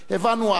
הבנו אז